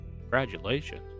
congratulations